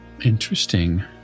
Interesting